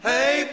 Hey